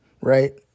right